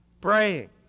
praying